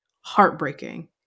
heartbreaking